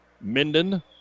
Minden